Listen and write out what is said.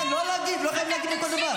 לא להגיב, לא חייבים להגיב על כל דבר.